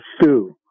stew